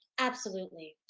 absolutely.